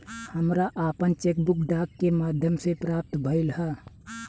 हमरा आपन cheque book डाक के माध्यम से प्राप्त भइल ह